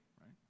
right